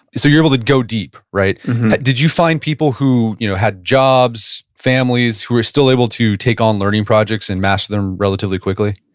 so you're able to go deep. did you find people who you know had jobs, families, who were still able to take on learning projects and master them relatively quickly?